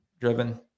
driven